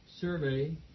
Survey